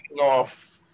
off